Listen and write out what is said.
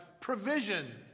provision